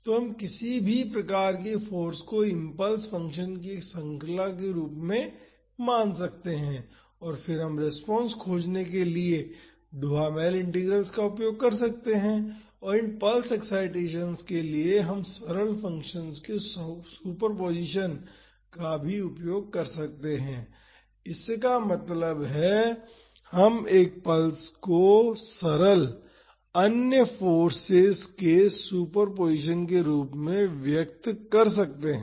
तो हम किसी भी प्रकार के फाॅर्स को इम्पल्स फंक्शन्स की एक श्रृंखला के रूप में मान सकते हैं और फिर हम रेस्पॉन्स खोजने के लिए डुहामेल इंटीग्रल्स का उपयोग कर सकते हैं और इन पल्स एक्साइटेसन्स के लिए हम सरल फंक्शन्स के सुपरपोजिशन का भी उपयोग कर सकते हैं इसका मतलब है हम एक पल्स को सरल अन्य फोर्सेज के सुपरपोजिशन के रूप में व्यक्त कर सकते हैं